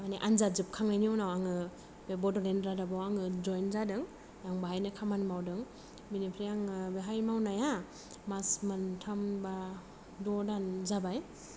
आनजाद जोबखांनायनि उनाव आङो बे बडलेण्ड रादाबाव आङो जयेन जादों आं बाहायनो खामानि मावदों बिनिफ्राय आङो बावहाय मावनाया मास मोनथाम बा द' दान जाबाय